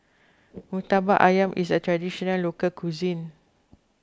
Murtabak Ayam is a Traditional Local Cuisine